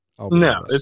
no